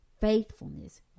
faithfulness